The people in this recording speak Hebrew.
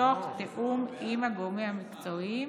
תוך תיאום עם הגורמים המקצועיים.